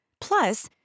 Plus